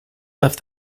left